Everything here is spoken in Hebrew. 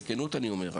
בכנות אני אומר.